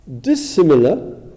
dissimilar